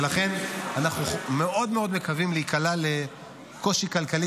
ולכן אנחנו מאוד מאוד מקווים להיקלע לקושי כלכלי